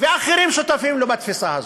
ואחרים שותפים לו בתפיסה הזאת.